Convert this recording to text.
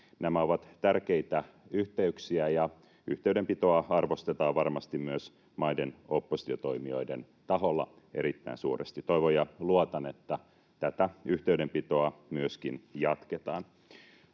Nämä ovat tärkeitä yhteyksiä, ja yhteydenpitoa arvostetaan varmasti myös maiden oppositiotoimijoiden taholla erittäin suuresti. Toivon ja luotan, että tätä yhteydenpitoa myöskin jatketaan.